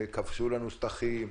כבשו לנו שטחים,